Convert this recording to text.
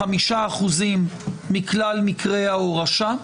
5% מכלל מקרי ההורשה.